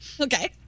Okay